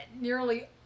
nearly